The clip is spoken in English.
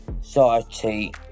Society